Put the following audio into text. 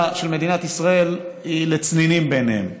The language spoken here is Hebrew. של מדינת ישראל היא לצנינים בעיניהם.